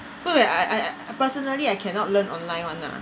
I I I I personally I cannot learn online [one] lah